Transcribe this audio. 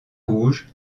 rouge